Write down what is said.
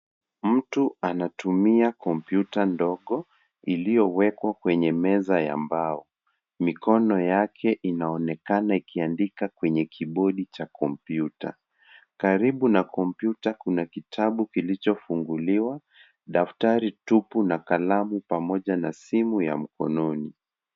Mtu anatumia kompyuta ndogo iliyowekwa kwenye meza ya mbao. Mikono yake inaonekana ikiandika kwenye kiibodi ya kompyuta. Karibu na kompyuta kuna kitabu kilichofunguliwa, daftari tupu na kalamu pamoja na simu ya mkononi.